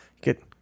Get